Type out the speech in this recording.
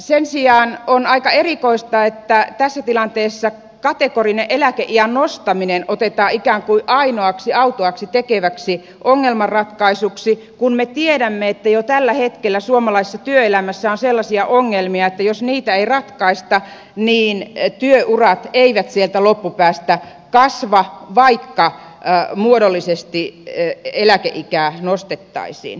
sen sijaan on aika erikoista että tässä tilanteessa kategorinen eläkeiän nostaminen otetaan ikään kuin ainoaksi autuaaksi tekeväksi ongelman ratkaisuksi kun me tiedämme että jo tällä hetkellä suomalaisessa työelämässä on sellaisia ongelmia että jos niitä ei ratkaista niin työurat eivät sieltä loppupäästä kasva vaikka muodollisesti eläkeikää nostettaisiin